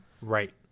Right